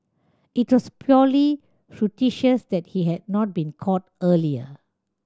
it trust purely fortuitous that he had not been caught earlier